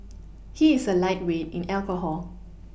he is a lightweight in alcohol